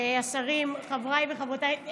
השרים, חבריי וחברותיי.